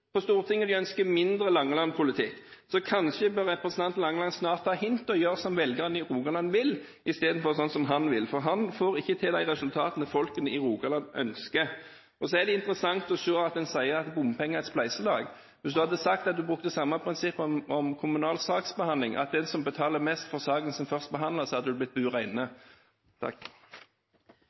på Stortinget, og de ønsker mindre Langeland-politikk. Så kanskje bør representanten Langeland snart ta hintet og gjøre som velgerne i Rogaland vil, istedenfor sånn som han vil, for han får ikke til de resultatene folk i Rogaland ønsker. Så er det interessant å høre at en sier at bompengefinansiering er et spleiselag. Hvis en hadde brukt det samme prinsippet for kommunal saksbehandling, at den som betaler mest, får saken sin først behandlet, hadde en blitt